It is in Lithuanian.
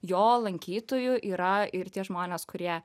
jo lankytojų yra ir tie žmonės kurie